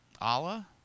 Allah